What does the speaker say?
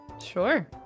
Sure